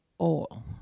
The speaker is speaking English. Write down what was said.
oil